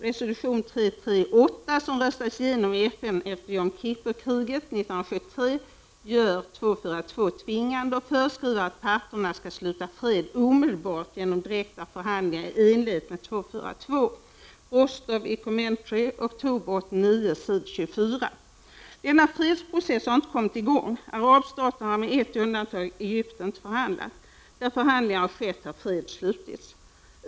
Resolution 338, som röstades igenom i FN efter Yom Kippur-kriget 1973, gör 242 tvingande och föreskriver att parterna skall sluta fred ”omedelbart” genom direkta förhandlingar i enlighet med 242. Denna fredsprocess har inte kommit i gång. Arabstaterna har med ett undantag— Egypten — inte velat förhandla. Där förhandlingar har skett har fred slutits.